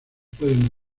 pueden